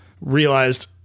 realized